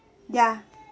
ya